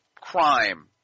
crime